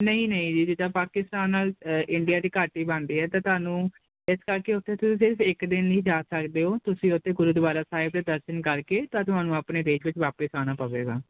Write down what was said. ਨਹੀਂ ਨਹੀਂ ਜੀ ਜਿਦਾਂ ਪਾਕਿਸਤਾਨ ਨਾਲ ਇੰਡੀਆ ਦੀ ਘੱਟ ਹੀ ਬਣਦੀ ਆ ਤਾਂ ਤੁਹਾਨੂੰ ਇਸ ਕਰਕੇ ਉਥੇ ਤੁਸੀਂ ਇੱਕ ਦਿਨ ਨਹੀਂ ਜਾ ਸਕਦੇ ਹੋ ਤੁਸੀਂ ਉਥੇ ਗੁਰਦੁਆਰਾ ਸਾਹਿਬ ਦੇ ਦਰਸ਼ਨ ਕਰਕੇ ਤਾਂ ਤੁਹਾਨੂੰ ਆਪਣੇ ਦੇਸ਼ ਵਿੱਚ ਵਾਪਿਸ ਆਉਣਾ ਪਵੇਗਾ